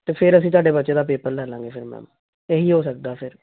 ਅਤੇ ਫਿਰ ਅਸੀਂ ਤੁਹਾਡੇ ਬੱਚੇ ਦਾ ਪੇਪਰ ਲੈ ਲਾਂਗੇ ਫਿਰ ਮੈਮ ਇਹੀ ਹੋ ਸਕਦਾ ਫਿਰ